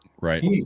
Right